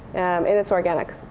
and it's organic.